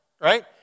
right